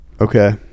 Okay